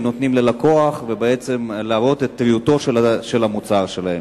נותנות ללקוח ולהראות את טריות המוצר שלהן.